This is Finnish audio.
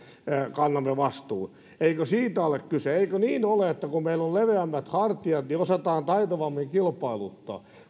kannamme vastuun eikö siitä ole kyse eikö niin ole että kun meillä on leveämmät hartiat niin osataan taitavammin kilpailuttaa